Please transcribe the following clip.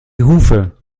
hufe